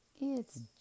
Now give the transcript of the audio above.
It's